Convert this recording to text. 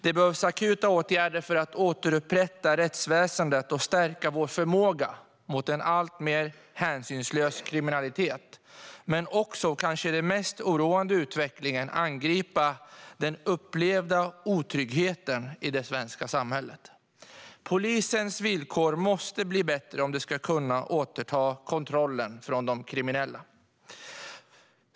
Det behövs akuta åtgärder för att återupprätta rättsväsendet och stärka vår förmåga mot en alltmer hänsynslös kriminalitet men också angripa den kanske mest oroande utvecklingen, nämligen den upplevda otryggheten i det svenska samhället. Polisens villkor måste bli bättre om vi ska kunna återta kontrollen från de kriminella.